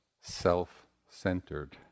Self-centered